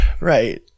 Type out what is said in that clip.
Right